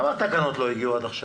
למה התקנות לא הגיעו עד עכשיו?